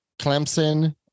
Clemson